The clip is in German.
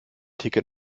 ticket